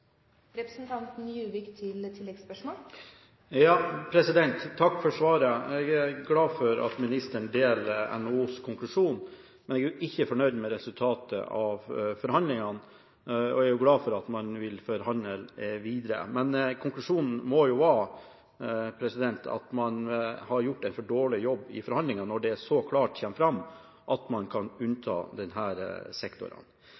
Takk for svaret. Jeg er glad for at ministeren deler NHOs konklusjon, men jeg er ikke fornøyd med resultatet av forhandlingene og er glad for at man vil forhandle videre. Konklusjonen må jo være at man har gjort en for dårlig jobb i forhandlingene når det så klart kommer fram at man kan